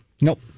nope